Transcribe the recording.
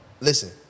listen